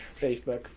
facebook